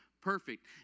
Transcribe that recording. perfect